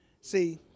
See